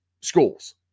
schools